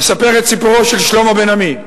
אספר את סיפורו של שלמה בן-עמי,